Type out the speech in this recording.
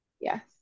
Yes